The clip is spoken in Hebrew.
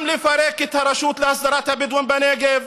גם לפרק את הרשות להסדרת הבדואים בנגב,